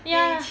ya